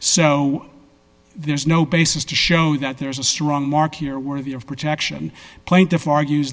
so there's no basis to show that there's a strong mark here worthy of protection plaintiff argues